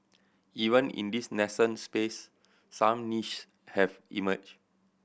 even in this nascent space some nich have emerged